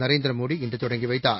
நரேந்திர மோடி இன்று தொடங்கி வைத்தார்